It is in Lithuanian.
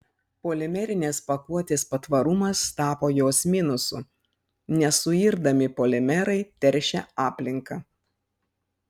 polimerinės pakuotės patvarumas tapo jos minusu nesuirdami polimerai teršia aplinką